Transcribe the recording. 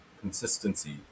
consistency